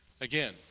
Again